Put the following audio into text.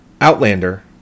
Outlander